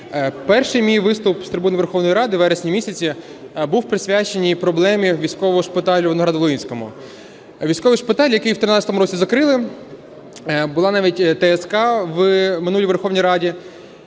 Перший мій виступ з трибуни Верховної Ради у вересні місяці був присвячений проблемі військового шпиталю у Новоград-Волинському. Військовий шпиталь, який у 13-му році закрили, було навіть ТСК у минулій Верховній Раді,